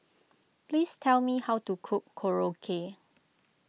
please tell me how to cook Korokke